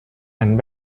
and